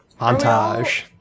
Montage